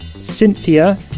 Cynthia